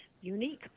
unique